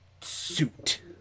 suit